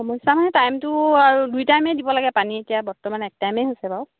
সমস্যা নহয় টাইমটো আৰু দুই টাইমেই দিব লাগে পানী এতিয়া বৰ্তমান এক টাইমেই হৈছে বাৰু